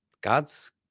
God's